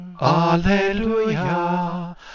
Alleluia